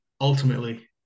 ultimately